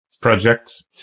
projects